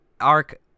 arc